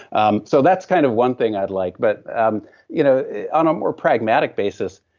um so that's kind of one thing i'd like but and you know on a more pragmatic basis,